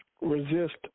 resist